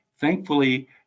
Thankfully